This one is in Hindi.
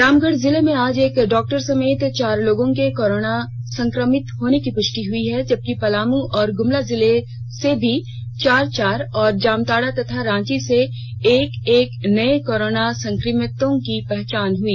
रामगढ़ जिले में आज एक डॉक्टर समेत चार लोगों के कोरोना संक्रमित होने की पुष्टि हुई जबकि पलामू और गुमला जिले से भी चार चार और जामताड़ा तथा रांची से एक एक नये कोरोना संक्रमित की पहचान हई